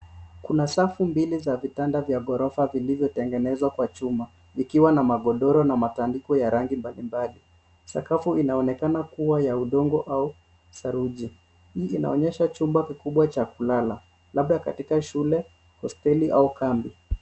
Kuna safu mbili za vitanda vya ghorofa vilivyotengenezwa kwa chuma vikiwa na magodoro na matandiko ya rangi mbalimbali. Sakafu inaonekana kuwa ya udongo au saruji. Hii inaonyesha chumba kikubwa cha kulala labda katika shule, hosteli au kambi.